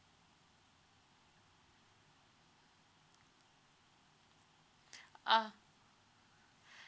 ah